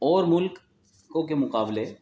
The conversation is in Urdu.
اور ملک کو کے مقابلے